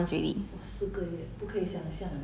mm